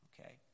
Okay